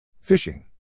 FISHING